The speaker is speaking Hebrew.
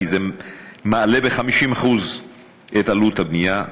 כי זה מעלה ב-50% את עלות הבנייה.